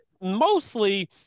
mostly